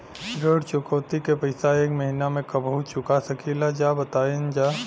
ऋण चुकौती के पैसा एक महिना मे कबहू चुका सकीला जा बताईन जा?